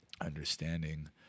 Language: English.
understanding